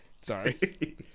Sorry